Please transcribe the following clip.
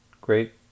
Great